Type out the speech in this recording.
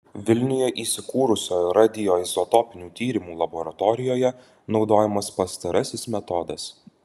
vilniuje įsikūrusioje radioizotopinių tyrimų laboratorijoje naudojamas pastarasis metodas